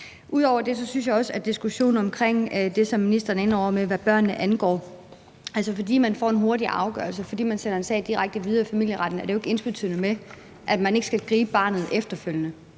Ud over det synes jeg også, at diskussionen om det, ministeren er inde over, hvad børnene angår, er vigtig. Fordi man får en hurtig afgørelse, fordi man sender en sag direkte videre i familieretten, er det jo ikke ensbetydende med, at man ikke skal gribe barnet efterfølgende.